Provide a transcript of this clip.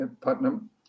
Putnam